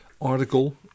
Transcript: article